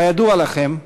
כידוע לכם,